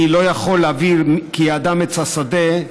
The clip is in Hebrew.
אני לא יכול להעביר "כי האדם עץ השדה"